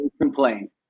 complain